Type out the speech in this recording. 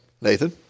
Nathan